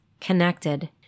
connected